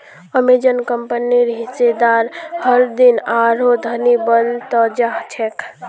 Amazon कंपनीर हिस्सेदार हरदिन आरोह धनी बन त जा छेक